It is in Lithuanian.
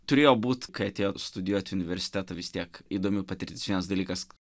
turėjo būt kad jie studijuoti universitetų vis tiek įdomių patirtis vienas dalykas